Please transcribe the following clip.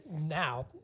now